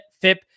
FIP